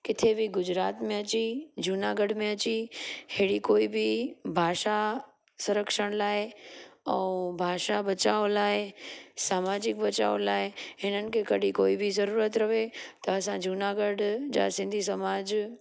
किथे बि गुजरात में अची जूनागढ़ में अची हेड़ी कोई बि भाषा संरक्षण लाइ ऐं भाषा बचाव लाइ सामाजिक बचाव लाइ हिनन खे कॾहिं कोई बि ज़रूरत रहे त असां जूनागढ़ जा सिंधी समाज